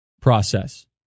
process